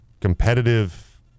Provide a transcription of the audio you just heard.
competitive